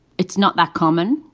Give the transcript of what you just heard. it's not that common.